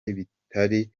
ibitari